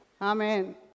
Amen